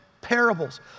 parables